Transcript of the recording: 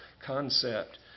concept